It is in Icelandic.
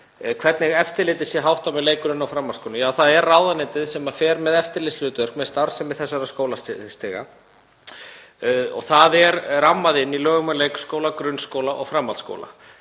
hvernig eftirliti sé háttað með leik-, grunn- og framhaldsskólum. Það er ráðuneytið sem fer með eftirlitshlutverk með starfsemi þessara skólastiga. Það er rammað inn í lög um leikskóla, grunnskóla og framhaldsskóla.